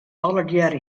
allegearre